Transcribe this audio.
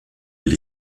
will